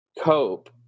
cope